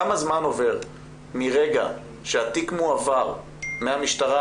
כמה זמן עובר מרגע שהתיק מועבר מהמשטרה